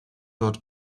dort